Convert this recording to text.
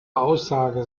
aussage